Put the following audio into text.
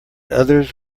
others